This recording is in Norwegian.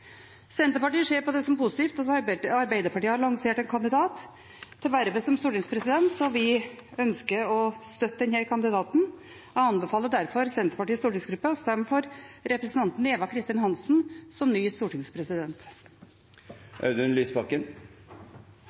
Senterpartiet ser på det som positivt at Arbeiderpartiet har lansert en kandidat til vervet som stortingspresident, og vi ønsker å støtte denne kandidaten. Jeg anbefaler derfor Senterpartiets stortingsgruppe å stemme for representanten Eva Kristin Hansen som ny stortingspresident. Audun Lysbakken